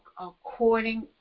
according